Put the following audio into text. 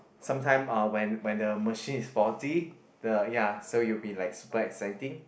sometime uh when when the machine is faulty the ya so you will be like super exciting